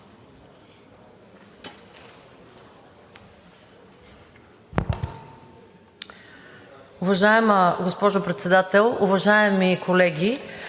Уважаеми господин Председател, уважаеми колеги!